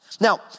Now